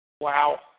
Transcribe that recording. Wow